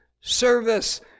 service